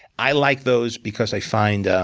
i like those because i find ah